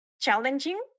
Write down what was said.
challenging